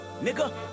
Nigga